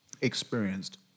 experienced